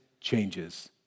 changes